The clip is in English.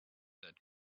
that